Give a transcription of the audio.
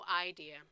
idea